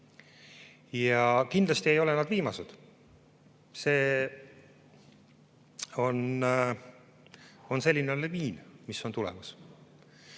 Ja kindlasti ei ole nad viimased. See on selline laviin, mis on tulemas.